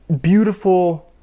beautiful